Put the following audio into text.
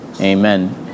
Amen